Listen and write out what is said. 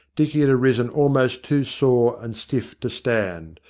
dicky had risen almost too sore and stiff to stand,